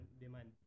demand